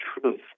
truth